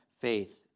faith